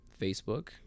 Facebook